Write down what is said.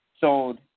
sold